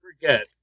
forget